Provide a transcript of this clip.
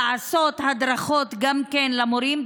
לעשות הדרכות גם למורים,